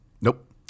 Nope